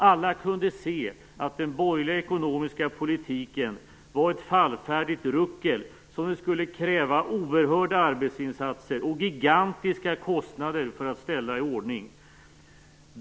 Alla kunde se att den borgerliga ekonomiska politiken var ett fallfärdigt ruckel som det skulle krävas oerhörda arbetsinsatser och gigantiska kostnader för att ställa i ordning.